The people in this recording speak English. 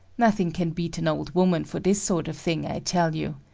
nothing can beat an old woman for this sort of thing, i tell you.